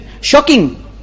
shocking